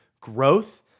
Growth